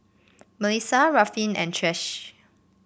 Mellisa Ruffin and Trish